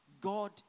God